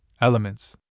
elements